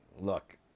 Look